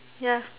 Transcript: ya